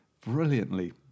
brilliantly